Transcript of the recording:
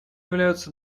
являются